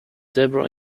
debra